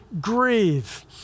grieve